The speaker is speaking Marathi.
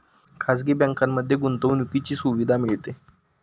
खाजगी बँकांमध्ये गुंतवणुकीची सुविधा मिळते